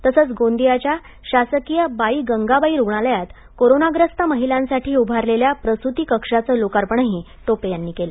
तसंच गोंदियाच्या शासकीय बाई गंगाबाई रुग्णालयात कोरोनाग्रस्त महिलांसाठी उभारलेल्या प्रसूती कक्षाच लोकार्पणही टोपे यांनी केलं